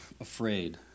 afraid